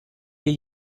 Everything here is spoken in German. hier